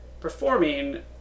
performing